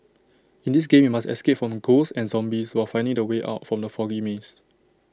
in this game you must escape from ghosts and zombies while finding the way out from the foggy maze